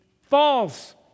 false